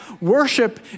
worship